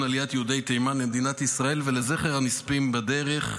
עליית יהודי תימן למדינת ישראל ולזכר הנספים בדרך.